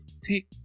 take